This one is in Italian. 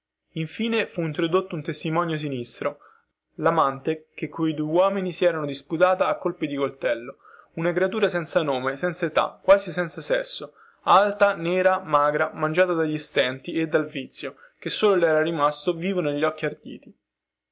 infine fu introdotto un testimonio sinistro lamante di quei due uomini che se lerano disputata a colpi di coltello una creatura senza nome senza età quasi senza sesso alta nera magra mangiata dagli stenti e dal vizio che solo le era rimasto vivo negli occhi arditi